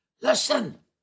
Listen